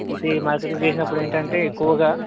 వీటిని మార్కెటింగ్ చేసినప్పుడు ఏంటంటే ఎక్కువగా